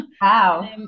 Wow